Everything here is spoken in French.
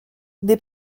des